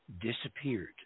disappeared